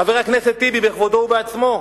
חבר הכנסת טיבי בכבודו ובעצמו,